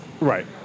Right